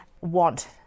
want